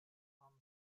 arm